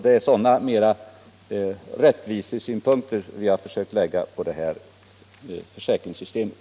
Det är sådana rättvisesynpunkter vi har försökt att anlägga på det här försäkringssystemet.